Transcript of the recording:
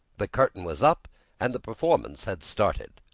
the curtain was up and the performance had started.